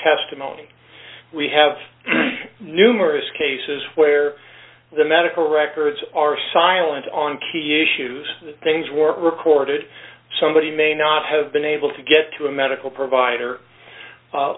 testimony we have numerous cases where the medical records are silent on key issues that things were d recorded somebody may not have been able to get to a medical provider